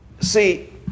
See